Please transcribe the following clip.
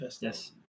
Yes